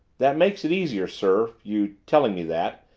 that makes it easier, sir your telling me that.